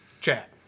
Chat